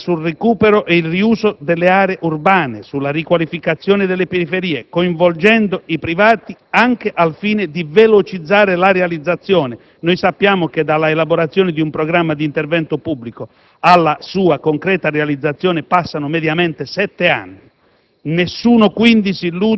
Occorre puntare sul recupero e il riuso delle aree urbane e sulla riqualificazione delle periferie, coinvolgendo i privati anche al fine di velocizzare la realizzazione dei piani (sappiamo che dalla elaborazione di un programma di intervento pubblico alla sua concreta realizzazione passano mediamente sette anni).